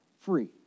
free